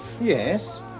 Yes